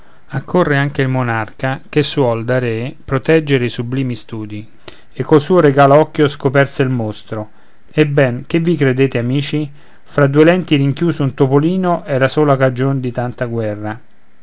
accorre anche il monarca che suol da re proteggere i sublimi studi e col suo regal occhio scoperse il mostro ebben che vi credete amici fra due lenti rinchiuso un topolino era sola cagion di tanta guerra